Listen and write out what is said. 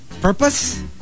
purpose